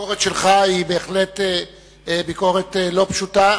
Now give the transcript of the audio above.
הביקורת שלך היא בהחלט ביקורת לא פשוטה,